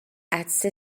عطسه